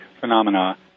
phenomena